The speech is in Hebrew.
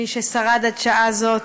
מי ששרד עד שעה זו,